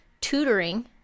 tutoring